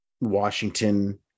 Washington